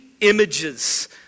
images